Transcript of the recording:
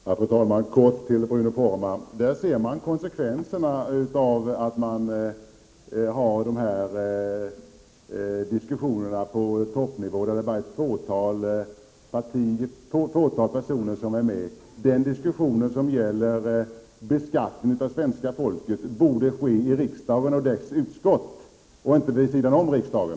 Fru talman! Här ser vi, Bruno Poromaa, konsekvenserna av att föra dessa skattediskussioner på toppnivå där bara ett fåtal personer deltar. Den diskussion som gäller beskattningen av svenska folket borde äga rum i riksdagen och dess utskott och inte vid sidan om riksdagen.